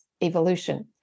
evolution